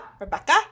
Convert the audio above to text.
Rebecca